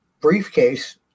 briefcase